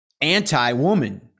anti-woman